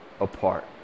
apart